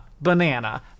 Banana